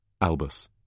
Albus